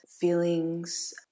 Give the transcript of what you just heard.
feelings